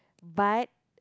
but